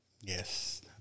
yes